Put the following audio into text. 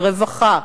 לרווחה,